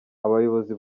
abayobozi